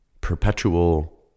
perpetual